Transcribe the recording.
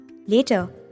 Later